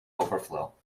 overflow